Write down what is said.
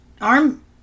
arm